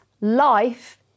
life